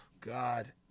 God